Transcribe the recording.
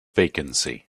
vacancy